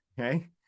Okay